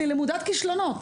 אני למודת כישלונות,